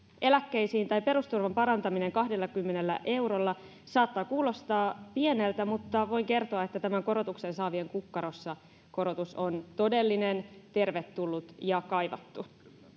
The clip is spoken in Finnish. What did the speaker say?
eläkkeisiin tai perusturvan parantaminen kahdellakymmenellä eurolla saattaa kuulostaa pieneltä mutta voin kertoa että tämän korotuksen saavien kukkarossa korotus on todellinen tervetullut ja kaivattu